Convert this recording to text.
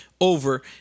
over